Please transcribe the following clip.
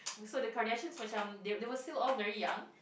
so the Kardashians such as macam they were still all very young